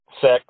six